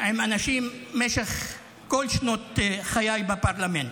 עם אנשים במשך כל שנות חיי בפרלמנט,